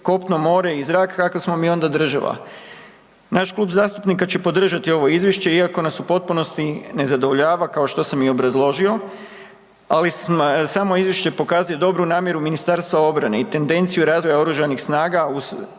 kopno, more i zrak, kakva smo mi onda država? Naš klub zastupnika će podržati ovo Izvješće iako nas u potpunosti ne zadovoljava kao što sam i obrazložio, ali samo Izvješće pokazuje dobru namjeru MORH-a i tendenciju razvoja OSRH uz za sada,